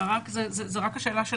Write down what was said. זה היבט אחד.